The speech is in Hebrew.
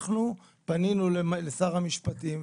אנחנו פנינו לשר המשפטים,